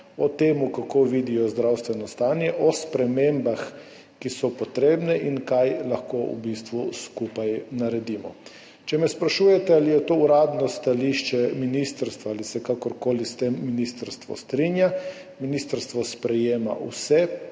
o tem, kako vidijo zdravstveno stanje, o spremembah, ki so potrebne, in kaj lahko v bistvu skupaj naredimo. Če me sprašujete, ali je to uradno stališče ministrstva, ali se kakorkoli s tem ministrstvo strinja, ministrstvo sprejema vse